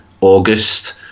August